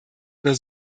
über